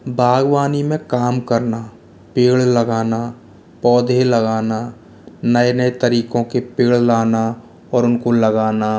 बागवानी में काम करना पेड़ लगाना पौधे लगाना नए नए तरीकों के पेड़ लाना और उनको लगाना